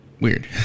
weird